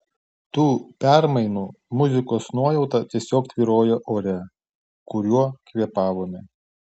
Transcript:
tų permainų muzikos nuojauta tiesiog tvyrojo ore kuriuo kvėpavome